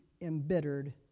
embittered